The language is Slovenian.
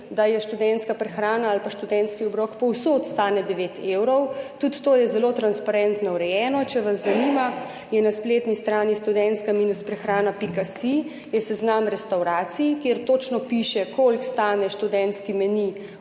da študentska prehrana ali študentski obrok povsod stane 9 evrov. Tudi to je zelo transparentno urejeno, če vas zanima. Na spletni strani studentska-prehrana.si je seznam restavracij, kjer točno piše, koliko stane študentski meni